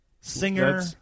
singer